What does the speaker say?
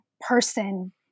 person